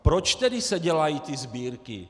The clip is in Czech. Proč tedy se dělají ty sbírky?